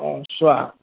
অঁ চোৱা